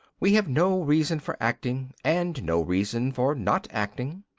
we have no reason for acting, and no reason for not acting.